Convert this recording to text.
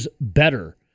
better